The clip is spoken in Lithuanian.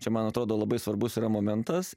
čia man atrodo labai svarbus yra momentas